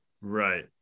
Right